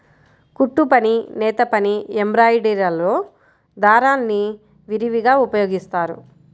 కుట్టుపని, నేతపని, ఎంబ్రాయిడరీలో దారాల్ని విరివిగా ఉపయోగిస్తారు